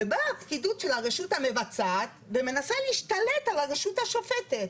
ובאה הפקידות של הרשות המבצעת ומנסה להשתלט על הרשות השופטת.